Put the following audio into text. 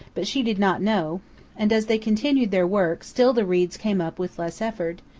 but she did not know and, as they continued their work, still the reeds came up with less effort,